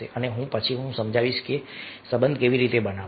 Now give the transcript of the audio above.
અને પછી હું સમજાવીશ કે સંબંધ કેવી રીતે બનાવવો